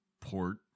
port